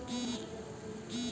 तू ओकर पाँच सौ शेयर खरीद लेला